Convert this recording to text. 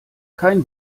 kein